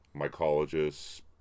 mycologists